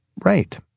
Right